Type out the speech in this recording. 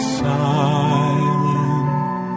silent